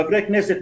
חברי כנסת,